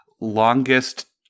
Longest